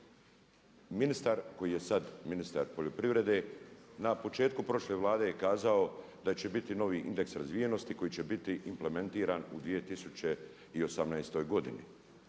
Ministar koji je sad ministar poljoprivrede na početku prošle Vlade je kazao da će biti novi indeks razvijenosti koji će biti implementiran u 2018. godini.